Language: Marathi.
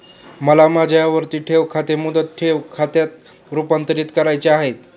मला माझे आवर्ती ठेव खाते मुदत ठेव खात्यात रुपांतरीत करावयाचे आहे